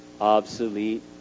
obsolete